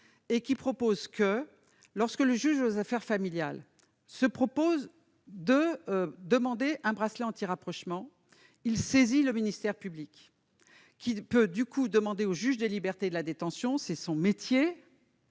une proposition : lorsque le juge aux affaires familiales envisage de demander un bracelet anti-rapprochement, il saisit le ministère public, qui peut demander au juge des libertés et de la détention, dont c'est le métier,